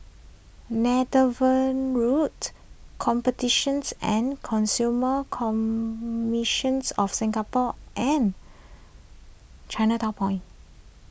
Netheravon Road Competitions and Consumer Commissions of Singapore and Chinatown Point